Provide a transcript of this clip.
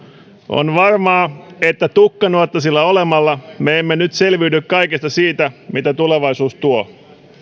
on varmaa että tukkanuottasilla olemalla me emme nyt selviydy kaikesta siitä mitä tulevaisuus tuo